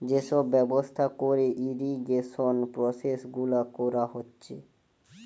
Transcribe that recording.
যে সব ব্যবস্থা কোরে ইরিগেশন প্রসেস গুলা কোরা হচ্ছে